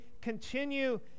continue